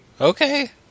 Okay